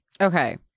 Okay